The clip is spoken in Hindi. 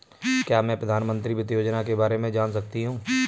क्या मैं प्रधानमंत्री वित्त योजना के बारे में जान सकती हूँ?